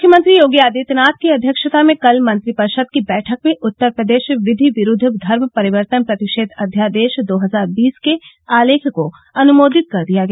मुख्यमंत्री योगी आदित्यनाथ की अध्यक्षता में कल मंत्रिपरिषद की बैठक में उत्तर प्रदेश विधि विरुद्व धर्म परिवर्तन प्रतिषेध अध्यादेश दो हजार बीस के आलेख को अनुमोदित कर दिया गया